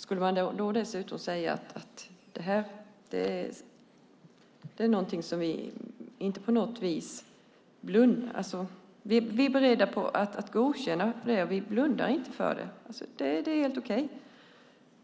Skulle vi då dessutom säga att vi är beredda att godkänna det och inte blunda för det, att det är helt okej?